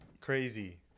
crazy